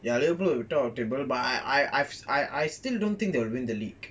ya liverpool on top of the table but I I I I still don't think they'll win the league